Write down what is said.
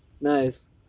Nice